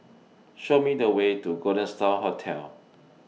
Show Me The Way to Golden STAR Hotel